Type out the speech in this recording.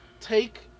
take